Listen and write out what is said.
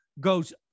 goes